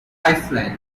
iceland